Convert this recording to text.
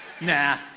Nah